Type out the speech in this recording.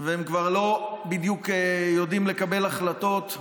והם כבר לא בדיוק יודעים לקבל החלטות.